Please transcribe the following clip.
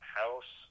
house